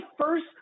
first